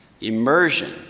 immersion